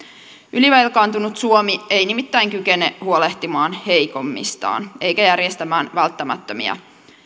ylivelkaantunut suomi ei nimittäin kykene huolehtimaan heikoimmistaan eikä järjestämään välttämättömiä